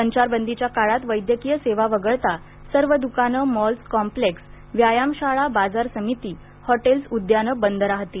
संचारबंदीच्या काळात वैद्यकीय सेवा वगळता सर्व दुकानं मॉल्स कॉम्प्लेक्स व्यायामशाळा बाजार समिती हॉटेल्स उद्यानं बंद राहतील